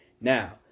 Now